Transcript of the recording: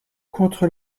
contre